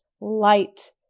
light